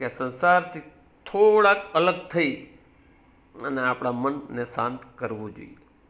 કે સંસારથી થોડાક અલગ થઈ અને આપણા મનને શાંત કરવું જોઈએ